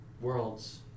worlds